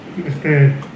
mr